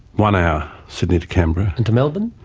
one hour, sydney to canberra. and to melbourne?